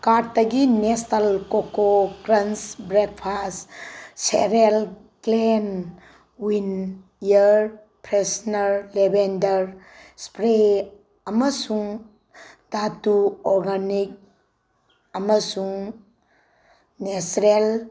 ꯀꯥꯔꯠꯇꯒꯤ Nestle Koko Krunch breakfast cereal ꯀ꯭ꯂꯦꯠ ꯋꯥꯜ ꯑꯦꯌꯥꯔ ꯐ꯭ꯔꯦꯁꯅꯔ ꯂꯦꯕꯦꯟꯗꯔ ꯏꯁꯄ꯭ꯔꯦ ꯑꯃꯁꯨꯡ ꯙꯥꯇꯨ ꯑꯣꯔꯒꯥꯅꯤꯛ ꯑꯃꯁꯨꯡ ꯅꯦꯆꯔꯦꯜ